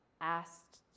asked